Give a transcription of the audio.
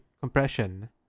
Compression